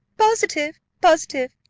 positive positive!